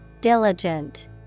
Diligent